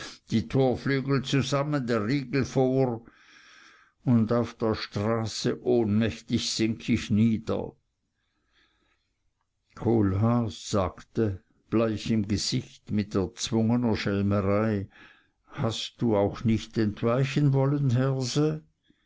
die torflügel zusammen der riegel vor und auf der straße ohnmächtig sink ich nieder kohlhaas sagte bleich im gesicht mit erzwungener schelmerei hast du auch nicht entweichen wollen herse